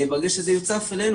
ברגע שזה יוצף אלינו